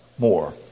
More